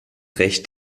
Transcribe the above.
recht